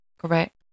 Correct